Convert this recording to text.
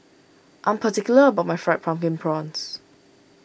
I am particular about my Fried Pumpkin Prawns